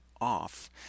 off